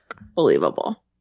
believable